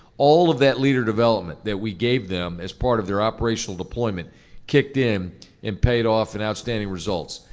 all of that leader development that we gave them as part of their operational deployment kicked in and paid off in outstanding results.